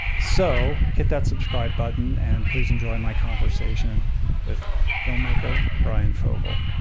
so hit that subscribe button and please enjoy my conversation with filmmaker, bryan fogel.